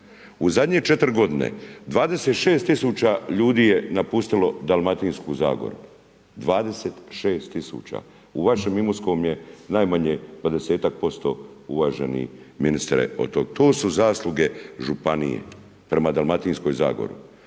U zadnje četiri godine 26 tisuća ljudi je napustilo Dalmatinsku zagoru, 26 tisuća! U vašem Imotskom je najmanje dvadesetak posto uvaženi ministre od tog. To su zasluge županije prema Dalmatinskoj zagori.